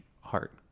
heart